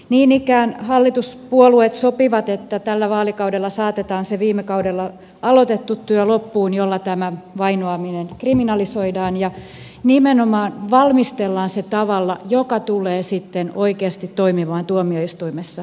niin ikään hallituspuolueet sopivat että tällä vaalikaudella saatetaan se viime kaudella aloitettu työ loppuun jolla tämä vainoaminen kriminalisoidaan ja nimenomaan valmistellaan se tavalla joka tulee sitten oikeasti toimimaan tuomioistuimessa